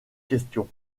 questions